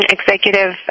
Executive